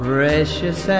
Precious